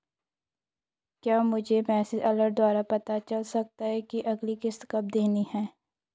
क्या मुझे message alert द्वारा पता चल सकता कि अगली किश्त कब देनी है?